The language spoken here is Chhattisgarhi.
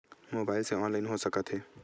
मोबाइल से ऑनलाइन हो सकत हे?